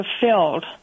fulfilled